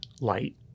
light